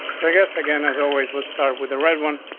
so i guess again, as always, let's start with the red one.